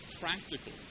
practical